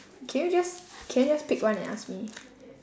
can you just can you just pick one and ask me